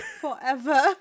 forever